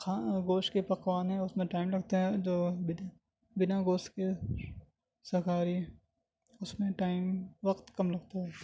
گوشت کے پکوان ہیں اس میں ٹائم لگتا ہے جو بنا گوشت کے شاکا ہری اس میں ٹائم وقت کم لگتا ہے